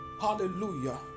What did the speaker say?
Hallelujah